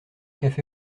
café